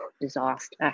disaster